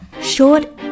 short